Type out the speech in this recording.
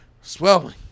swelling